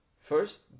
First